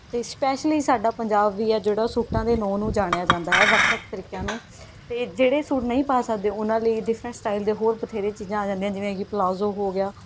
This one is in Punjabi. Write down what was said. ਅਤੇ ਸਪੈਸ਼ਲੀ ਸਾਡਾ ਪੰਜਾਬ ਵੀ ਹੈ ਜਿਹੜਾ ਸੂਟਾਂ ਦੇ ਨਾਂ ਨੂੰ ਜਾਣਿਆ ਜਾਂਦਾ ਹੈ ਵੱਖ ਵੱਖ ਤਰੀਕਿਆਂ ਨੂੰ ਅਤੇ ਜਿਹੜੇ ਸੂਟ ਨਹੀਂ ਪਾ ਸਕਦੇ ਉਹਨਾਂ ਲਈ ਡਿਫਰੈਂਟ ਸਟਾਈਲ ਦੇ ਹੋਰ ਬਥੇਰੇ ਚੀਜ਼ਾਂ ਆ ਜਾਂਦੀਆਂ ਜਿਵੇਂ ਕਿ ਪਲਾਜੋ ਹੋ ਗਿਆ